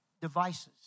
devices